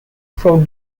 from